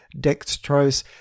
dextrose